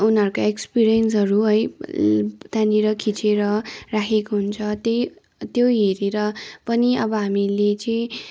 उनीहरूको एक्सपिरियन्सहरू है त्यहाँनिर खिचेर राखेको हुन्छ त्यही त्यो हेरेर पनि अब हामीले चाहिँ